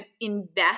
invest